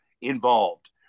involved